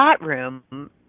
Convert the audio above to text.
room